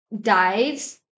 dies